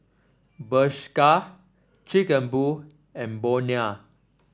Bershka Chic A Boo and Bonia